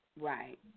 Right